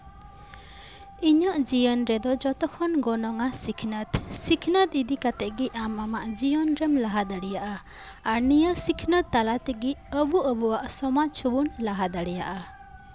ᱤᱧᱟᱹᱜ ᱡᱤᱭᱚᱱ ᱨᱮᱫᱚ ᱡᱚᱛᱚ ᱠᱷᱚᱱ ᱜᱚᱱᱚᱝᱼᱟ ᱥᱤᱠᱷᱱᱟᱹᱛ ᱥᱤᱠᱷᱱᱟᱹᱛ ᱤᱫᱤ ᱠᱟᱛᱮᱫ ᱜᱮ ᱟᱢ ᱟᱢᱟᱜ ᱡᱤᱭᱚᱱ ᱨᱮᱢ ᱞᱟᱦᱟ ᱫᱟᱲᱮᱭᱟᱜᱼᱟ ᱟᱨ ᱱᱤᱭᱟᱹ ᱥᱤᱠᱷᱱᱟᱹᱛ ᱛᱟᱞᱟ ᱛᱮᱜᱮ ᱟᱵᱚ ᱟᱵᱚᱣᱟᱜ ᱥᱚᱢᱟᱡ ᱦᱚᱵᱚᱱ ᱞᱟᱦᱟ ᱫᱟᱲᱮᱭᱟᱜᱼᱟ